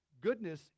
goodness